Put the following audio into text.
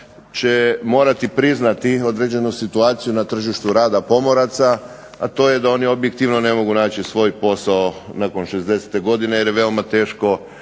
će morati priznati određenu situaciju na tržištu rada pomoraca, a to je da oni objektivno ne mogu naći svoj posao nakon 60. godine jer je veoma teško